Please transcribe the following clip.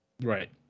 Right